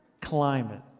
climate